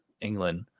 England